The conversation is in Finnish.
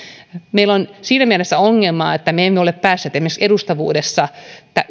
meillä on siinä mielessä ongelmaa että me emme ole päässeet esimerkiksi edustavuudessa